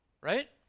Right